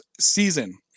season